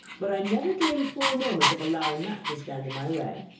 but i never dreamed for a moment of allowing that to stand in my way.